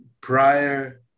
prior